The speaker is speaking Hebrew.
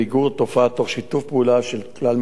תוך שיתוף פעולה של כלל משרדי הממשלה.